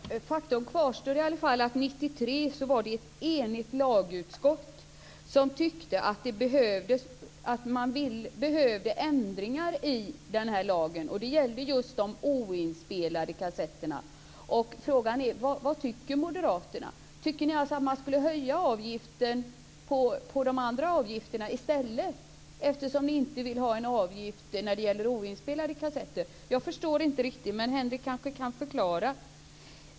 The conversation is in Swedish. Herr talman! Faktum kvarstår: 1993 tyckte ett enigt lagutskott att man behövde ändringar i lagen. Det gällde just de oinspelade kassetterna. Frågan är vad moderaterna tycker. Tycker ni att man skall höja de andra avgifterna i stället eftersom ni inte vill ha en avgift när det gäller oinspelade kassetter? Jag förstår inte riktigt, men Henrik S Järrel kanske kan förklara.